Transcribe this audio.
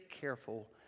careful